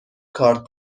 کارت